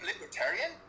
libertarian